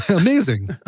amazing